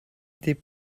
des